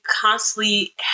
constantly